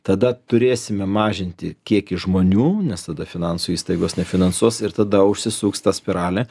tada turėsime mažinti kiekį žmonių nes tada finansų įstaigos nefinansuos ir tada užsisuks ta spiralė